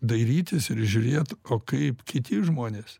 dairytis ir žiūrėt o kaip kiti žmonės